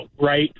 right